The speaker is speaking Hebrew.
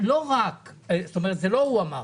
- זה לא הוא אמר,